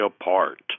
apart